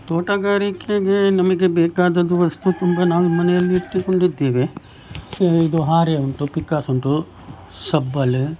ತೋಟಗಾರಿಕೆಗೆ ನಮಗೆ ಬೇಕಾದದ್ದು ವಸ್ತು ತುಂಬ ನಾವು ಮನೆಯಲ್ಲಿ ಇಟ್ಟುಕೊಂಡಿದ್ದೇವೆ ಇದು ಹಾರೆ ಉಂಟು ಪಿಕ್ಕಾಸು ಉಂಟು ಸಬ್ಬಲ್ಲಿ